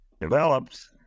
developed